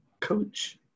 coach